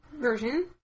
version